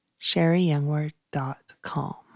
sherryyoungword.com